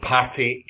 Party